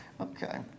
Okay